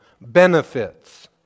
Benefits